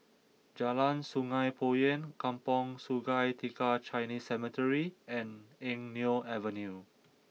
Jalan Sungei Poyan Kampong Sungai Tiga Chinese Cemetery and Eng Neo Avenue